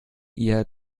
ihr